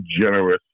generous